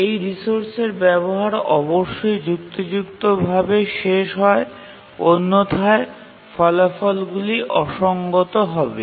এই রিসোর্সের ব্যবহার অবশ্যই যুক্তিযুক্ত ভাবে শেষ হয় অন্যথায় ফলাফলগুলি অসঙ্গত হবে